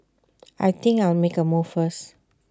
I think I'll make A move first